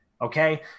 okay